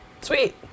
Sweet